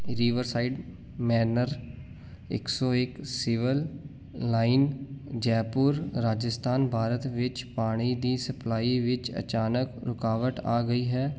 Riverside manor ਇੱਕ ਸੌ ਇੱਕ ਸਿਵਲ ਲਾਈਨ ਜੈਪੁਰ ਰਾਜਸਥਾਨ ਭਾਰਤ ਵਿੱਚ ਪਾਣੀ ਦੀ ਸਪਲਾਈ ਵਿੱਚ ਅਚਾਨਕ ਰੁਕਾਵਟ ਆ ਗਈ ਹੈ